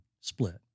split